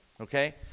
okay